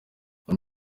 uyu